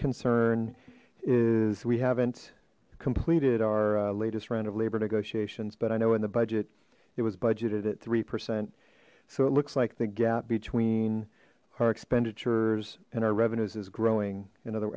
concern is we haven't completed our latest round of labor negotiations but i know in the budget it was budgeted at three percent so it looks like the gap queen our expenditures and our revenues is growing in other